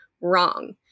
wrong